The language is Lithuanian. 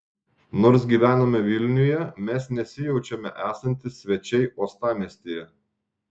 nors gyvename vilniuje mes nesijaučiame esantys svečiai uostamiestyje